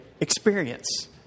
experience